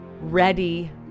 ready